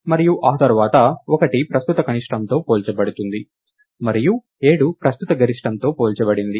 మరియు ఆ తర్వాత 1 ప్రస్తుత కనిష్టంతో పోల్చబడుతుంది మరియు 7 ప్రస్తుత గరిష్టంతో పోల్చబడింది